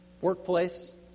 workplace